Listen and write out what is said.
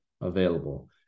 available